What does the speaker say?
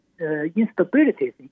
instabilities